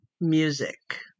music